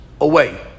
away